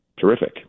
terrific